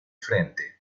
frente